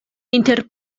inter